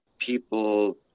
people